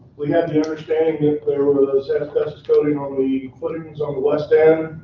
we had the understanding that there and there was asbestos coating on the footings on the west end,